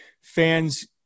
fans